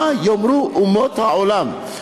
מה יאמרו אומות העולם,